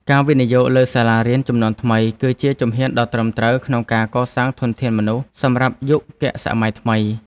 ការវិនិយោគលើសាលារៀនជំនាន់ថ្មីគឺជាជំហានដ៏ត្រឹមត្រូវក្នុងការកសាងធនធានមនុស្សសម្រាប់យុគសម័យថ្មី។